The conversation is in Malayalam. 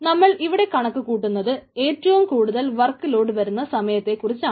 നമ്മൾ ഇവിടെ കണക്കുകൂട്ടുന്നത് ഏറ്റവും കൂടുതൽ വർക്ക് ലോഡ് വരുന്ന സമയത്തെ കുറിച്ചാണ്